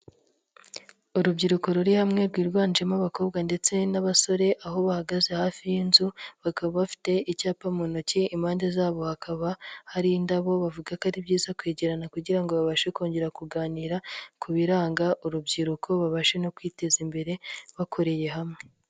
Urubyiruko ruri hamwe rwiganjemo abakobwa ndetse n'abasore, aho bahagaze hafi y'inzu bakaba bafite icyapa mu ntoki, impande zabo hakaba hari indabo bavuga ko ari byiza kwegerana kugira ngo babashe kongera kuganira ku biranga urubyiruko, babashe no kwiteza imbere bakoreye hamwe.